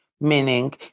meaning